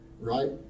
right